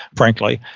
frankly,